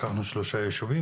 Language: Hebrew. לקחנו שלושה ישובים.